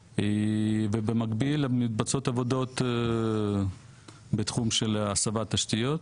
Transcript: ובמקביל מתבצעות עבודות בתחום של הסבת התשתיות.